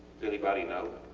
does anybody know?